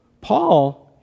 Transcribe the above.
Paul